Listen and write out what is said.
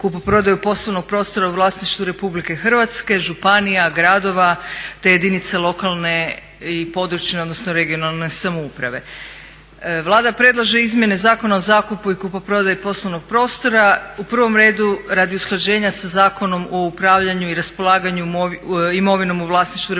kupoprodaju poslovnog prostora u vlasništvu RH, županija, gradova, te jedinica lokalne i područne odnosno regionalne samouprave. Vlada predlaže izmjene Zakona o zakupu i kupoprodaji poslovnog prostora u prvom redu radi usklađenja sa Zakonom o upravljanju i raspolaganju imovinom u vlasništvu RH. Naime,